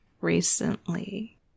recently